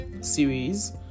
series